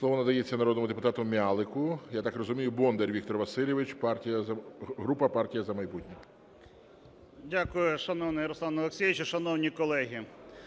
Слово надається народному депутату М'ялику, я так розумію Бондар Віктор Васильович, група "Партія "За майбутнє". 12:31:12 БОНДАР В.В. Дякую, шановний Руслане Олексійовичу. Шановні колеги,